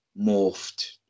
morphed